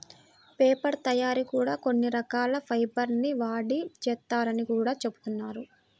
paper తయ్యారీ కూడా కొన్ని రకాల ఫైబర్ ల్ని వాడి చేత్తారని గూడా జెబుతున్నారు